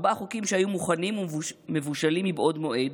ארבעה חוקים שהיו מוכנים ומבושלים מבעוד מועד,